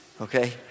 okay